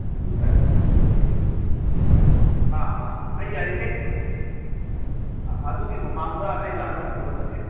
ꯍꯥꯏꯗꯤ ꯒꯥꯔꯤ ꯊꯧꯕ ꯍꯥꯏꯁꯤ ꯑꯥ ꯑ ꯑꯩ ꯌꯥꯔꯤꯉꯩ ꯑꯗꯨꯒꯤ ꯃꯃꯥꯡꯗ ꯑꯩ ꯂꯥꯛꯅꯕꯗꯤ ꯍꯣꯠꯅꯒꯦ